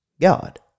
God